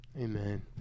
Amen